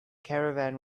caravan